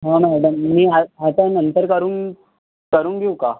हो ना मॅडम मी आ आता नंतर करून करून घिऊ का